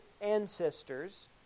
ancestors